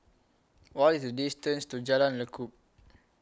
What IS The distance to Jalan Lekub